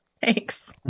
Thanks